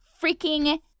freaking